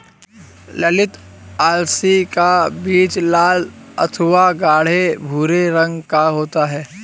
ललीत अलसी का बीज लाल अथवा गाढ़े भूरे रंग का होता है